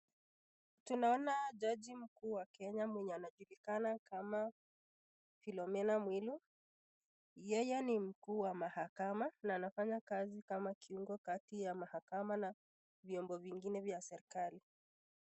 Tunaona jaji mkuu wa Kenya mwenye anajulikana kama Philomena Mwilu, yeye ni mkuu wa mahakama na anafanya kazi kama kiungo kati ya mahakama na vyombo vingine vya serikali.